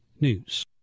News